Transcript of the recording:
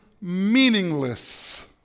meaningless